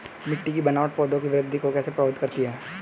मिट्टी की बनावट पौधों की वृद्धि को कैसे प्रभावित करती है?